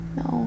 no